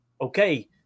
okay